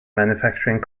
manufacturing